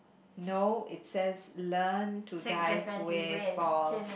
no it says learn to dive wave fall